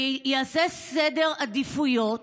ויעשה סדר עדיפויות